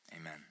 amen